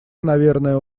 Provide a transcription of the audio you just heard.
наверное